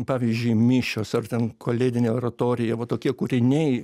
pavyzdžiui mišios ar ten kalėdinė oratorija va tokie kūriniai